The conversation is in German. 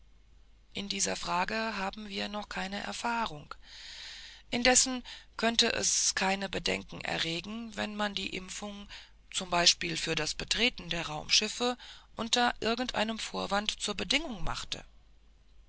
in dieser frage haben wir noch keine erfahrung indessen könnte es kein bedenken erregen wenn man die impfung zum beispiel für das betreten der raumschiffe unter irgendeinem vorwand zur bedingung machte